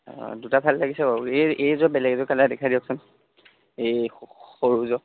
অঁ দুটা ভাল লাগিছে বাৰু এই এইযোৰ বেলেগ এযোৰ কালাৰ দেখাই দিয়কচোন এই সৰুযোৰ